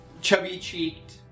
chubby-cheeked